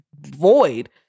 void